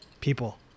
people